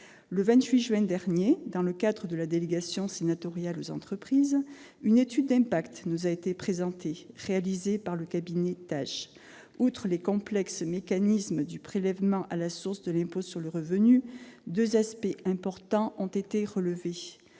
Le 28 juin dernier, dans le cadre de la délégation sénatoriale aux entreprises, une étude d'impact réalisée par le cabinet Taj nous a été présentée. Outre la complexité des mécanismes du prélèvement à la source de l'impôt sur le revenu, deux aspects importants ont été relevés